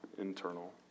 internal